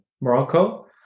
morocco